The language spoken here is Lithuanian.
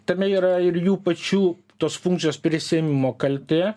tame yra ir jų pačių tos funkcijos prisiėmimo kaltė